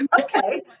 Okay